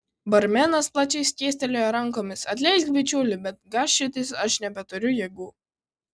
barmenas plačiai skėstelėjo rankomis atleisk bičiuli bet gąsčiotis aš nebeturiu jėgų